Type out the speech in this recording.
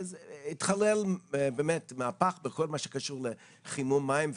התחולל באמת מהפך בכל מה שקשור בחימום מים,